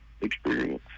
experience